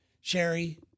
Sherry